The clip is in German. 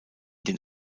den